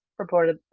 reportedly